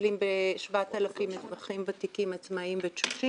שמטפלים ב-7,000 אזרחים ותיקים עצמאיים ותשושים.